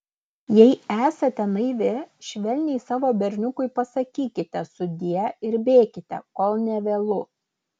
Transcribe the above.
jei esate naivi švelniai savo berniukui pasakykite sudie ir bėkite kol nevėlu